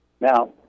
Now